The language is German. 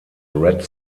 red